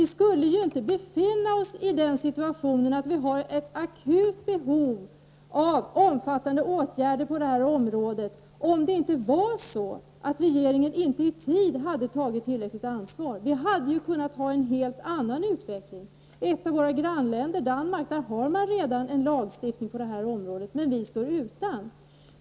Vi skulle inte befinna oss i den situationen att vi har ett akut behov av omfattande åtgärder på det här området om det inte var så att regeringen hade låtit bli att ta tillräckligt ansvar i tid. Vi hade kunnat ha en helt annan utveckling. I ett av våra grannländer, Danmark, har man redan en lagstiftning på det här området. Men vi står utan.